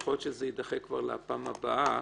יכול להיות שזה כבר יידחה לפעם הבאה.